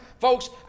Folks